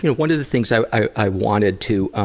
you know one of the things i i wanted to